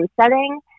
setting